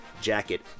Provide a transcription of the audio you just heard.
Jacket